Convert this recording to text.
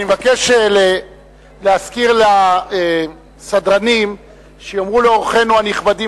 אני מבקש להזכיר לסדרנים שיאמרו לאורחינו הנכבדים